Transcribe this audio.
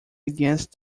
against